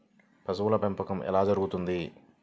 పశువుల పెంపకం ఎలా జరుగుతుంది?